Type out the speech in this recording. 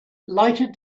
lighted